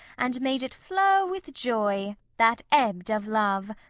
and made it flow with joy, that ebb'd of love.